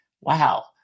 Wow